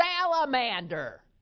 salamander